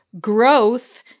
growth